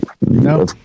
No